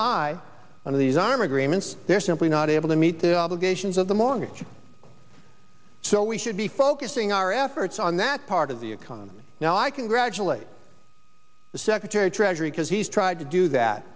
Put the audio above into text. high on these arm agreements they're simply not able to meet the obligations of the mortgage so we should be focusing our efforts on that part of the economy now i congratulate the secretary treasury because he's tried to do that